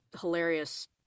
hilarious